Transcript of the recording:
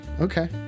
Okay